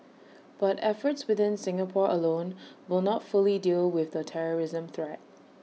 but efforts within Singapore alone will not fully deal with the terrorism threat